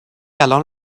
الان